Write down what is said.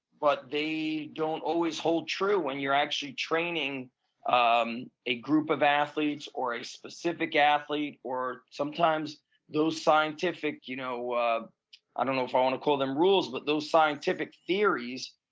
but they don't always hold true when you're actually training um a group of athletes or a specific athlete, or sometimes those scientific, you know ah i don't know if i want to call them rules, but those scientific theories,